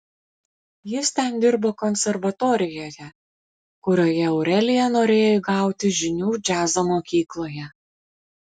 jis ten dirbo konservatorijoje kurioje aurelija norėjo įgauti žinių džiazo muzikoje